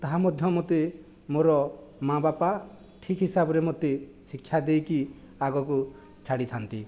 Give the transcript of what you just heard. ତାହା ମଧ୍ୟ ମୋତେ ମୋର ମାଆ ବାପା ଠିକ୍ ହିସାବରେ ମୋତେ ଶିକ୍ଷା ଦେଇକି ଆଗକୁ ଛାଡ଼ିଥାନ୍ତି